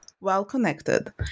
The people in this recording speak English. Well-Connected